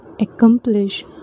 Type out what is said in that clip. accomplish